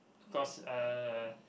cause uh